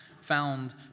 found